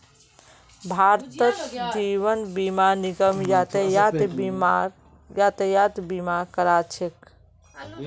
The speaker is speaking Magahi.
भारतत जीवन बीमा निगम यातायात बीमाक यातायात बीमा करा छेक